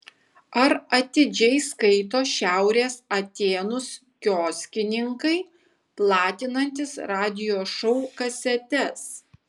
ar atidžiai skaito šiaurės atėnus kioskininkai platinantys radijo šou kasetes